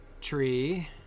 tree